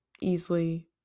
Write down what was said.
easily